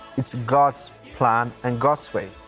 it's god's plan, and god's faith.